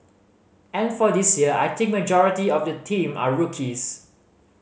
and for this year I think majority of the team are rookies